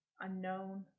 unknown